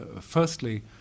Firstly